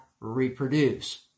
reproduce